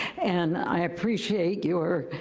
and i appreciate your,